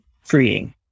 freeing